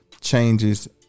changes